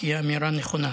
כי היא אמירה נכונה.